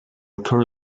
occur